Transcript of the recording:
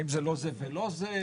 האם זה לא זה ולא זה?